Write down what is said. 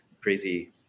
crazy